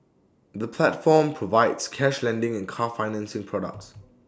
the platform provides cash lending and car financing products